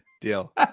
Deal